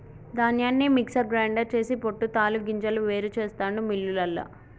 ధాన్యాన్ని mixer grinder చేసి పొట్టు తాలు గింజలు వేరు చెస్తాండు మిల్లులల్ల